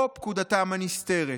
או פקודתם הנסתרת,